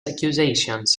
accusations